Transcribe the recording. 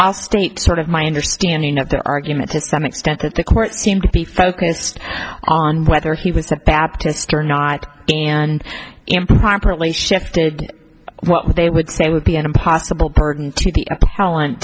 a state sort of my understanding of the argument to some extent that the court seemed to be focused on whether he was a baptist or not and improperly shifted what they would say would be an impossible burden to the talent